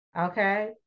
Okay